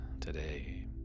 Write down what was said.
today